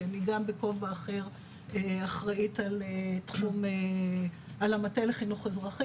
כי אני גם בכובע אחר אחראית על המטה לחינוך אזרחי,